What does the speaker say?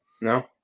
no